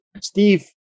Steve